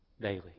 daily